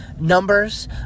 numbers